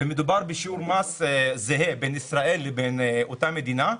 ומדובר בשיעור מס זהה בין ישראל ובין אותה מדינה,